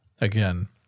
Again